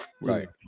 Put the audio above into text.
Right